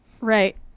Right